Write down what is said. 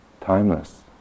timeless